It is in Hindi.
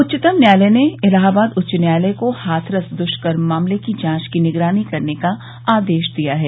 उच्चतम न्यायालय ने इलाहाबाद उच्च न्यायालय को हाथरस दुष्कर्म मामले की जांच की निगरानी करने का आदेश दिया है